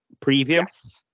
preview